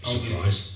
Surprise